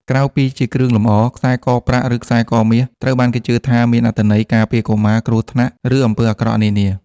ក្រៅពីជាគ្រឿងលម្អ ខ្សែកប្រាក់ ឬខ្សែកមាស ត្រូវបានគេជឿថាមានអត្ថន័យការពារកុមារគ្រោះញថ្នាក់ ឬអំពើអាក្រក់នានា។